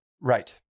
Right